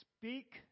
speak